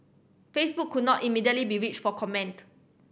Facebook could not immediately be reached for comment